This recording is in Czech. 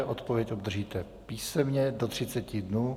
Odpověď obdržíte písemně do 30 dnů.